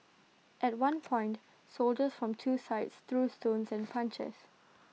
at one point soldiers from two sides threw stones and punches